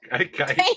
okay